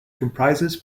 comprises